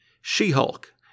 She-Hulk